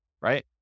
right